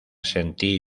sentir